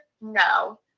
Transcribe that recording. No